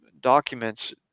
documents